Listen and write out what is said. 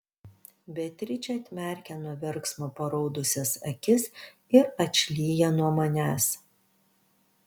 beatričė atmerkia nuo verksmo paraudusias akis ir atšlyja nuo manęs